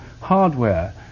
hardware